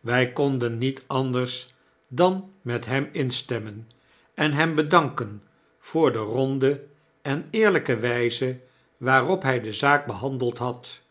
wy konden niet anders dan met hem instemmen en hem bedanken voor de ronde en eerlyke wijze waarop hij de zaak behandeld had